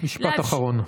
משפט אחרון.